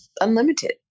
unlimited